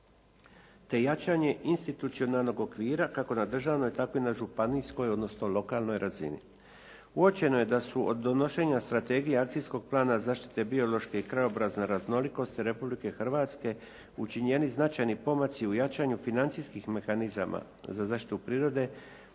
te jačanje institucionalnog okvira kako na državnoj tako i na županijskoj odnosno lokalnoj razini. Uočeno je da su od donošenja Strategije akcijskog plana zaštite biološke i krajobrazne raznolikosti Republike Hrvatske učinjeni značajni pomaci u jačanju financijskih mehanizama za zaštitu prirode